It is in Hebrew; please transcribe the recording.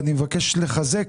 ואני מבקש לחזק